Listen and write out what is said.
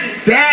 Dad